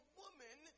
woman